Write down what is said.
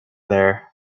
there